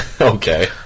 Okay